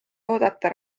oodata